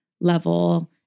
level